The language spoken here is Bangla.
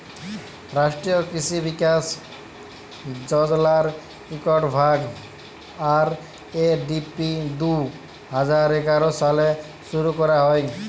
রাষ্ট্রীয় কিসি বিকাশ যজলার ইকট ভাগ, আর.এ.ডি.পি দু হাজার এগার সালে শুরু ক্যরা হ্যয়